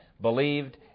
believed